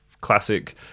classic